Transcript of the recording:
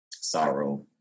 sorrow